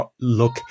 look